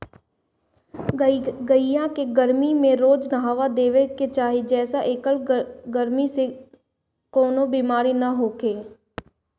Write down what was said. गाई के गरमी में रोज नहावा देवे के चाही जेसे एकरा गरमी से कवनो बेमारी ना होखे